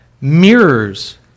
mirrors